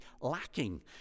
lacking